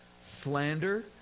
Slander